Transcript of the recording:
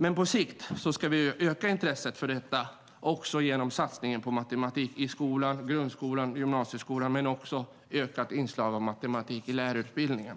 fullfölja. På sikt ska öka intresset för detta också genom satsningen på matematik i skolan - grundskolan och gymnasieskolan - och med ett ökat inslag av matematik i lärarutbildningen.